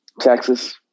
Texas